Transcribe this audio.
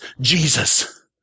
Jesus